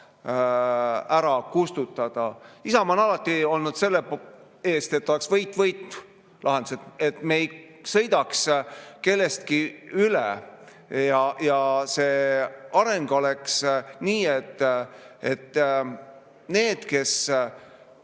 ära kustutada. Isamaa on alati seisnud selle eest, et oleks võit-võit-lahendus, et me ei sõidaks kellestki üle ja areng oleks nii, et ka nendele, kes